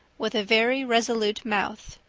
with a very resolute mouth.